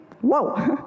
whoa